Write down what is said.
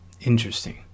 Interesting